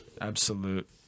Absolute